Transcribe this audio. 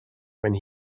when